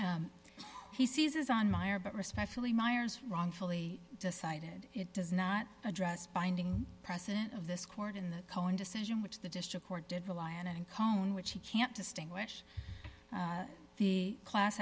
start he seizes on meyer but respectfully myers wrongfully decided it does not address binding precedent of this court in the cohen decision which the district court did rely on and cohn which he can't distinguish the class